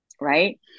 Right